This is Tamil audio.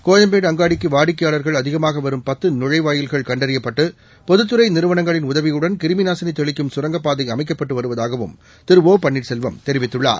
கோயம்பேடு அங்காடிக்கு வாடிக்கையாளா்கள் அதிகமாக வரும் பத்து நழைவாயில்கள் கண்டறியப்பட்டு பொதத்துறை நிறுவனங்களின் உதவியுடன் கிருமி நாசினி தெளிக்கும் சுங்கப்பதை அமைக்கப்பட்டு வருவதாகவும் திரு ஓ பன்னீர்செல்வம் தெரிவித்துள்ளார்